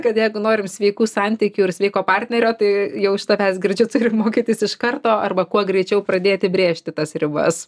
kad jeigu norim sveikų santykių ir sveiko partnerio tai jau iš savęs girdžiu turim mokytis iš karto arba kuo greičiau pradėti brėžti tas ribas